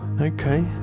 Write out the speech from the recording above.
Okay